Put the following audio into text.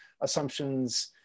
assumptions